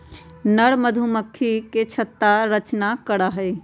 नर मधुमक्खी मधुमक्खी के छत्ता के रचना करा हई